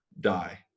die